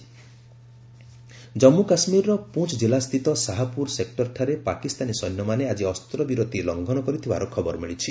ceasefire violation Jammu କାଶ୍ମୀରର ପୁଞ୍ ଜିଲ୍ଲାସ୍ଥିତ ଶାହାପୁର ସେକ୍ଟରଠାରେ ପାକିସ୍ତାନୀ ସୈନ୍ୟମାନେ ଆଜି ଅସ୍ତ୍ରବିରତି ଲଙ୍ଘନ କରିଥିବାର ଖବର ମିଳିଛି